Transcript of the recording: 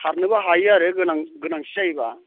सारनोबो हायो आरो गोनांथि जायोबा